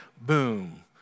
boom